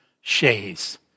Shays